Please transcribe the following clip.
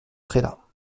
trélat